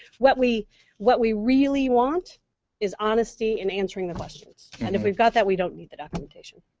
what we what we really want is honesty in answering the questions. and if we've got that we don't need the documentation.